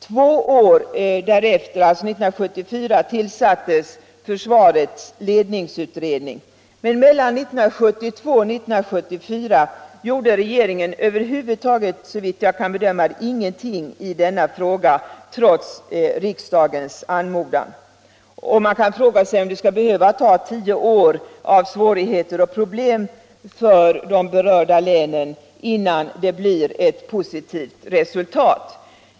Två år därefter, alltså 1974, tillsattes försvarsmaktens ledningsutredning. Men mellan 1972 och 1974 gjorde regeringen, såvitt jag kan bedöma det, över huvud taget ingenting i denna fråga, trots riksdagens anmodan. Man kan fråga sig om det skall behöva ta tio år med svårigheter och problem för de berörda länen innan vi får till stånd ett positivt resultat.